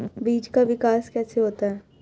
बीज का विकास कैसे होता है?